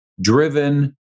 driven